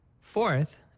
Fourth